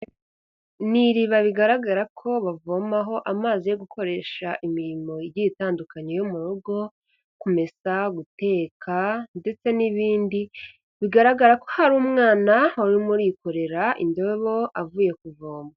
Ni iriba bigaragara ko bavomaho amazi yo gukoresha imirimo igiye itandukanye yo mu rugo, kumesa, guteka ndetse n'ibindi, bigaragara ko hari umwana wari urimo urikorera indobo avuye kuvoma.